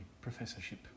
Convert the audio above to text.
professorship